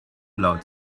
laut